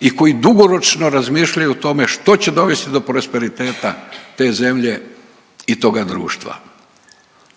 i koji dugoročno razmišljaju o tome što će dovesti do prosperiteta te zemlje i toga društva.